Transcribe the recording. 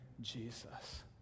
Jesus